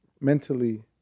mentally